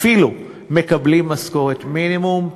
אפילו אם הם מקבלים משכורת מינימום,